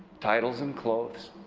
titles and clothes.